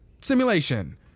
simulation